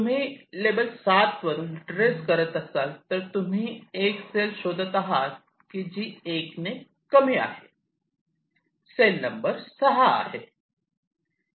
तुम्ही लेबल 7 वरून रीट्रेस करत असाल तर तुम्ही एक सेल शोधत आहात जी एक ने कमी आहे सेल नंबर 6 आहे